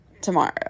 tomorrow